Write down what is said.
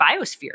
biosphere